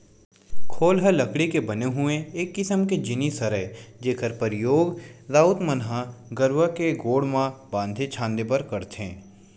खोल ह लकड़ी के बने हुए एक किसम के जिनिस हरय जेखर परियोग राउत मन ह गरूवा के गोड़ म बांधे छांदे बर करथे